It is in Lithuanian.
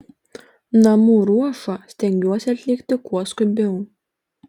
namų ruošą stengiuosi atlikti kuo skubiau